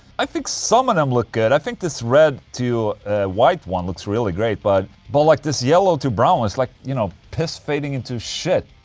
i think some of them look good, i think this red to white one looks really great. but but like this yellow to brown it's like. you know, piss fading into shit